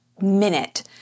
minute